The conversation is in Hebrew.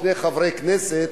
שני חברי כנסת